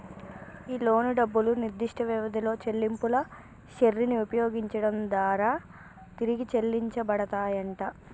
ఈ లోను డబ్బులు నిర్దిష్ట వ్యవధిలో చెల్లింపుల శ్రెరిని ఉపయోగించడం దారా తిరిగి చెల్లించబడతాయంట